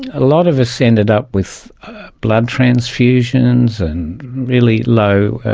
a lot of us ended up with blood transfusions and really low